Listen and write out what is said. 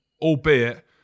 albeit